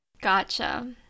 Gotcha